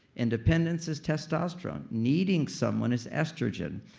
independence is testosterone. needing someone is estrogen.